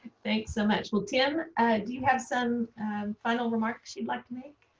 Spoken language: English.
thanks so much. well tim do you have some final remarks you'd like to make?